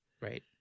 Right